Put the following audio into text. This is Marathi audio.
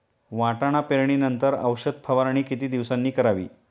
वाटाणा पेरणी नंतर औषध फवारणी किती दिवसांनी करावी?